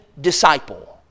disciple